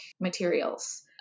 materials